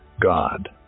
God